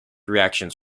reactions